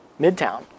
Midtown